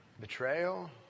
betrayal